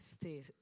stay